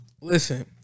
listen